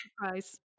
surprise